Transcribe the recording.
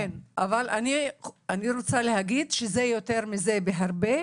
זה יותר מזה בהרבה,